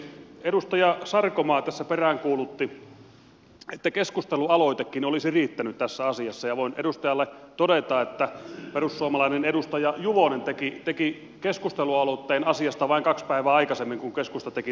edustaja sarkomaa tässä peräänkuulutti että keskustelualoitekin olisi riittänyt tässä asiassa ja voin edustajalle todeta että perussuomalainen edustaja juvonen teki keskustelualoitteen asiasta vain kaksi päivää aikaisemmin kuin keskusta teki tästä välikysymyksen